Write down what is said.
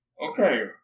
Okay